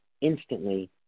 instantly